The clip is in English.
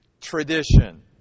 tradition